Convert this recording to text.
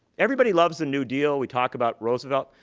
everybody loves the new deal. we talk about roosevelt.